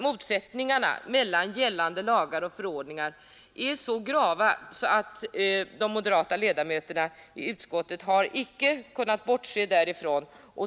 Motsättningarna mellan gällande förordningar och lagar är nämligen så grava att de moderata ledamöterna i utskottet icke kunnat bortse därifrån.